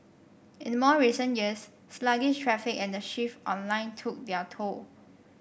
in more recent years sluggish traffic and the shift online took their toll